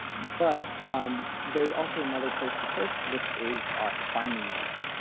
but um there's also another place to search which is are finding aids.